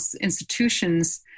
institutions